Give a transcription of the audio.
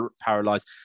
paralyzed